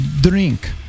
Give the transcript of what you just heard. Drink